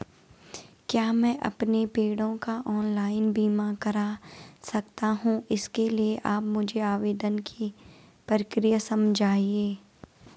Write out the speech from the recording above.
क्या मैं अपने पेड़ों का ऑनलाइन बीमा करा सकता हूँ इसके लिए आप मुझे आवेदन की प्रक्रिया समझाइए?